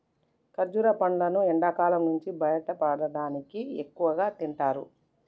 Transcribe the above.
ఖర్జుర పండ్లును ఎండకాలం నుంచి బయటపడటానికి ఎక్కువగా తింటారు